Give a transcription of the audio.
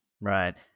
Right